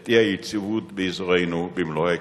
את אי-היציבות באזורנו במלוא היקפה.